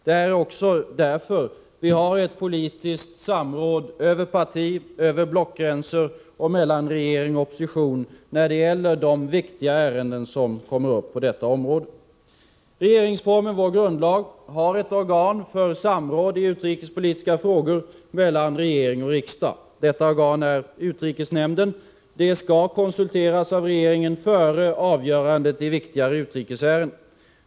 Det är också därför som vi har ett politiskt samråd över partioch över blockgränser och mellan regering och opposition när det gäller de viktiga ärenden som kommer upp på detta område. Regeringsformen, vår grundlag, anvisar ett organ för samråd i utrikespolitiska frågor mellan regering och riksdag. Detta organ är utrikesnämnden. Den skall konsulteras av regeringen före avgöranden i viktigare utrikesärenden.